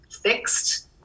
fixed